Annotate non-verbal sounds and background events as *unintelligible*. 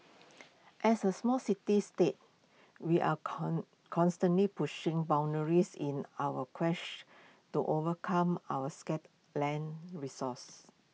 as A small city state we are con constantly pushing boundaries in our *unintelligible* to overcome our scarce land resource